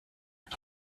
une